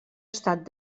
estat